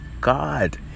god